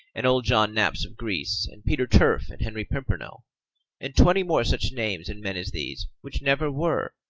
and old john naps of greece, and peter turf, and henry pimpernell and twenty more such names and men as these, which never were,